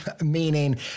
meaning